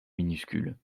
minuscule